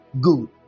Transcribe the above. Good